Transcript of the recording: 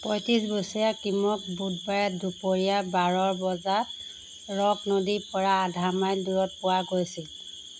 পয়ত্ৰিশ বছৰীয়া কিমক বুধবাৰে দুপৰীয়া বাৰ বজাত ৰক নদীৰ পৰা আধা মাইল দূৰত পোৱা গৈছিল